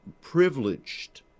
privileged